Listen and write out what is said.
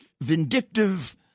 vindictive